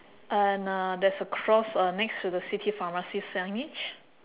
and uh there's a cross uh next to the city pharmacy signage